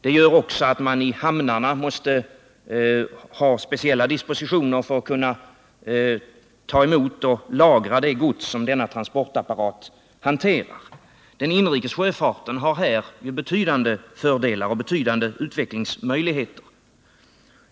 Detta gör också att man i hamnarna måste vidta speciella dispositioner för att kunna ta emot och lagra det gods som denna transportapparat hanterar. Den inrikes sjöfarten har här betydande fördelar och stora utvecklingsmöjligheter.